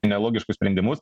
nelogiškus sprendimus